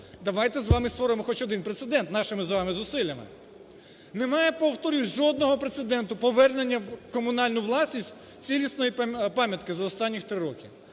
Давайте з вами створимо хоч один прецедент нашими з вами зусиллями. Немає, повторюю, жодного прецеденту повернення в комунальну власність цілісної пам'ятки за останніх три роки.